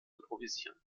improvisieren